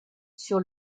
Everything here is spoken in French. sur